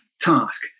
task